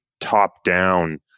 top-down